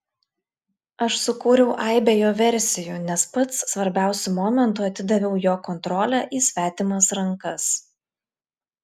aš sukūriau aibę jo versijų nes pats svarbiausiu momentu atidaviau jo kontrolę į svetimas rankas